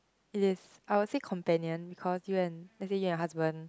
it is I'll say companion because you and let's say you and your husband